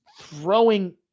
throwing